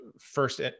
first